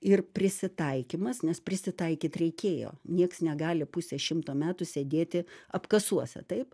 ir prisitaikymas nes prisitaikyt reikėjo nieks negali pusę šimto metų sėdėti apkasuose taip